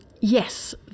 Yes